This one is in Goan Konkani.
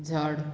झाड